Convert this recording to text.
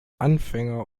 anfänger